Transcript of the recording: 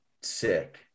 sick